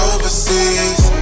Overseas